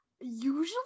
usually